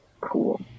cool